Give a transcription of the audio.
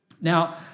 Now